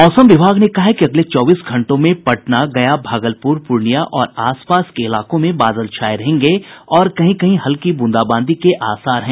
मौसम विभाग ने कहा है कि अगले चौबीस घंटों में पटना गया भागलप्र पूर्णियां और आस पास के इलाकों में बादल छाये रहेंगे तथा कहीं कहीं हल्की ब्रंदाबांदी के आसार हैं